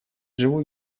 живу